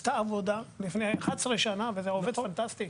נעשתה עבודה לפני 11 שנים וזה עובד באופן פנטסטי.